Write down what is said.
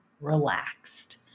relaxed